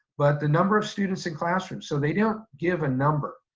but the number of students in classrooms, so they don't give a number,